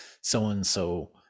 so-and-so